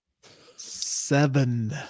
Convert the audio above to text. seven